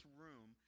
room